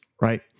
right